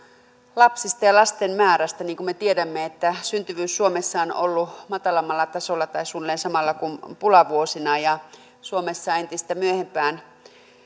lapsista ja lasten määrästä niin kuin me tiedämme syntyvyys suomessa on ollut matalammalla tasolla tai suunnilleen samalla kuin pulavuosina ja suomessa entistä